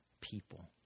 people